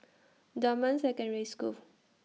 Dunman Secondary School